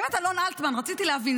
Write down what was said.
באמת, אלון אלטמן, רציתי להבין.